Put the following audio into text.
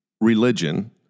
religion